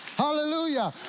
Hallelujah